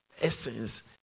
essence